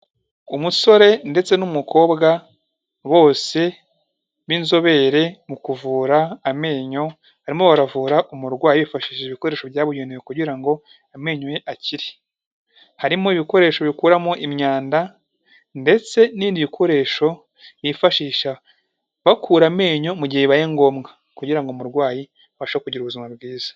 Umusore ndetse n'umukobwa bose b'inzobere mu kuvura amenyo, barimo baravura umurwayi bifashishije ibikoresho byabugenewe kugira ngo amenyo ye akire; harimo ibikoresho bikuramo imyanda ndetse n'ibindi bikoresho bifashisha bakura amenyo mu gihe bibaye ngombwa, kugira ngo umurwayi abashe kugira ubuzima bwiza.